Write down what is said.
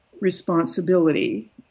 responsibility